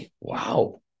Wow